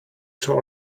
tall